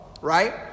Right